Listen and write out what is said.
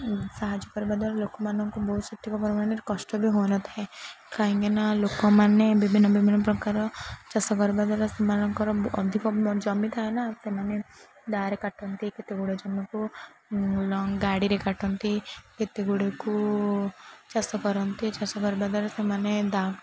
ସାହାଯ୍ୟ କରିବା ଦ୍ୱାରା ଲୋକମାନଙ୍କୁ ବହୁତ ସଠିକ ପରିମାଣରେ କଷ୍ଟ ବି ହୋଇନଥାଏ କାହିଁକି ନା ଲୋକମାନେ ବିଭିନ୍ନ ବିଭିନ୍ନ ପ୍ରକାର ଚାଷ କରିବା ଦ୍ୱାରା ସେମାନଙ୍କର ଅଧିକ ଜମି ଥାଏ ନା ସେମାନେ ଦାରେ କାଟନ୍ତି କେତେ ଗୁଡ଼େ ଜମିକୁ ଗାଡ଼ିରେ କାଟନ୍ତି କେତେ ଗୁଡ଼େକୁ ଚାଷ କରନ୍ତି ଚାଷ କରିବା ଦ୍ୱାରା ସେମାନେ ଦା